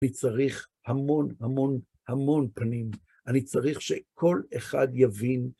אני צריך המון המון המון פנים, אני צריך שכל אחד יבין.